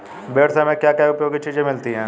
भेड़ से हमें क्या क्या उपयोगी चीजें मिलती हैं?